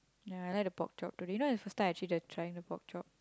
ya I like the pork chop today you know the first time I actually the trying the pork chop